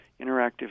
interactive